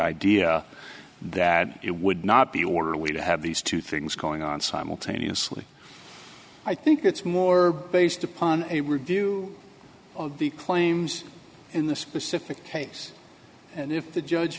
idea that it would not be orderly to have these two things going on simultaneously i think it's more based upon a review of the claims in the specific case and if the judge